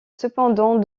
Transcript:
cependant